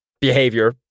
behavior